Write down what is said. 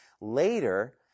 Later